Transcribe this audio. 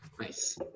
Nice